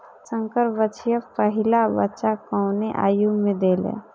संकर बछिया पहिला बच्चा कवने आयु में देले?